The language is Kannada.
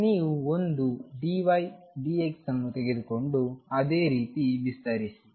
ನೀವು ಒಂದು d y d x ಅನ್ನು ತೆಗೆದುಕೊಂಡು ಅದೇ ರೀತಿ ವಿಸ್ತರಿಸಿ